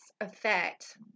Effect